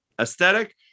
aesthetic